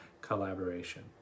collaboration